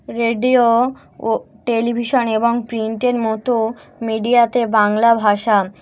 radio ও television এবং প্রিন্টের মতো মিডিয়াতে বাংলা ভাষা